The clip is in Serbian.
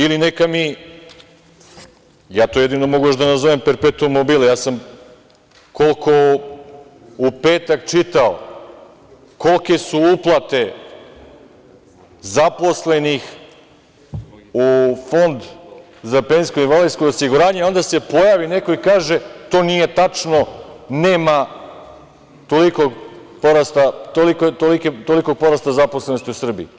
Ili neka mi, a ja to još mogu da nazovem perpetuum mobile, ja sam koliko u petak čitao kolike su uplate zaposlenih u fond za penzijsko i invalidsko osiguranje, a onda se pojavi neko i kaže, to nije tačno, nema tolikog porasta zaposlenosti u Srbiji.